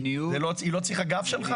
היא לא צריכה גב שלך?